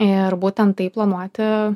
ir būtent taip planuoti